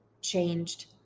changed